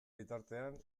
bitartean